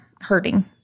hurting